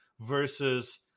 Versus